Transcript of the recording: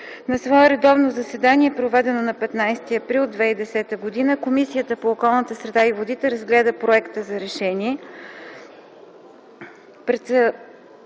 На свое редовно заседание, проведено на 15 април 2010 г., Комисията по околната среда и водите разгледа проекта за решение.